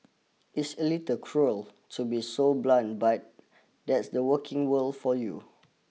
it's a little cruel to be so blunt but that's the working world for you